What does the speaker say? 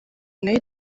nayo